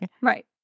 Right